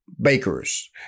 bakers